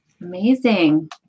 Amazing